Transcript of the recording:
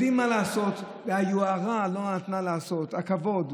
יודעים מה לעשות, והיוהרה לא נתנה לעשות, הכבוד.